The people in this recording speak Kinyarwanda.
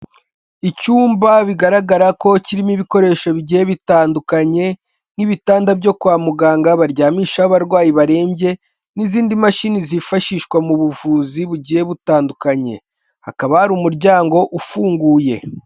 Icyumba bigaragara ko kirimo ibikoresho bigiye bitandukanye nk'ibitanda byo kwa muganga baryamishaho abarwayi barembye, n'izindi mashini zifashishwa mu buvuzi bugiye butandukanye, hakaba har’umuryango ufunguye.